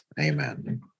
Amen